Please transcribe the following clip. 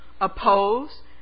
Oppose